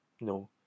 No